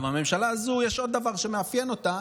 הממשלה הזו, יש עוד דבר שמאפיין אותה